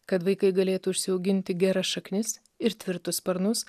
kad vaikai galėtų užsiauginti geras šaknis ir tvirtus sparnus